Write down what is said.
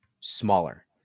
smaller